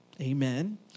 Amen